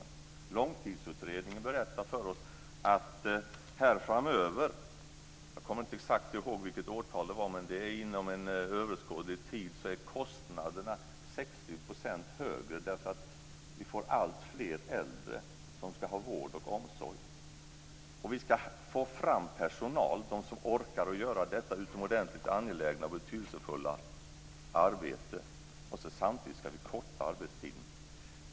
I långtidsutredningen sägs det att kostnaderna framöver - jag kommer inte ihåg exakt vilket årtal det var, men det talades om att det var inom överskådlig tid - blir 60 % högre därför att vi får allt fler äldre som ska ha vård och omsorg. Och vi ska få fram personal som orkar göra detta utomordentligt angelägna och betydelsefulla arbete. Samtidigt ska vi förkorta arbetstiden.